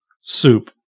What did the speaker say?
soup –